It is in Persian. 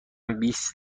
بیست